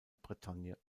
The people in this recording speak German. bretagne